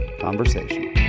Conversation